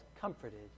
comforted